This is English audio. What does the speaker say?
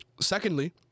secondly